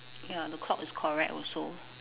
ya the clock is correct also